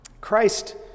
Christ